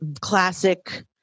classic